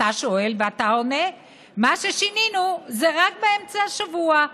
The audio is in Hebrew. אתה שואל ואתה עונה: "מה ששינינו זה רק באמצע השבוע,